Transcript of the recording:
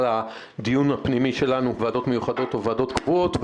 הדיון הפנימי שלנו על ועדות מיוחדות או ועדות קבועות.